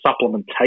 supplementation